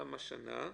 למה שנה?